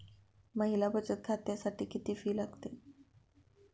महिला बचत खात्यासाठी किती फी लागते?